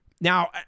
now